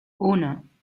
uno